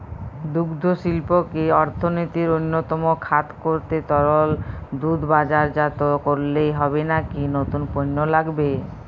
দুগ্ধশিল্পকে অর্থনীতির অন্যতম খাত করতে তরল দুধ বাজারজাত করলেই হবে নাকি নতুন পণ্য লাগবে?